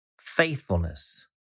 faithfulness